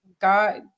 God